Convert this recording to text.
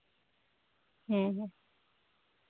ᱦᱮᱸ ᱦᱮᱸ